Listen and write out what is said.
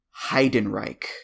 Heidenreich